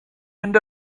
mynd